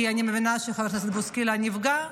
כי אני מבינה שחבר הכנסת בוסקילה נפגע,